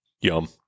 Yum